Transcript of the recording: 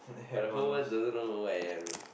but the whole world doesn't know who I am